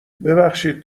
ببخشید